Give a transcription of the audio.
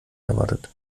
erwartet